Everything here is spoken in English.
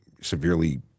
severely